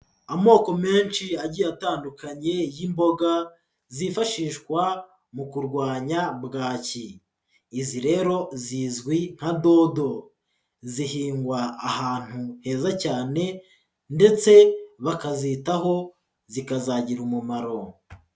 Amoko menshi agiye atandukanye y'imboga zifashishwa mu kurwanya bwaki, izi rero zizwi nka dodo, zihingwa ahantu heza cyane ndetse bakazitaho zikazagira umumaro.